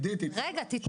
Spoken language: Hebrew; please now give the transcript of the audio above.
סליחה.